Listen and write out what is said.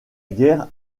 guerre